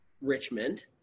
Richmond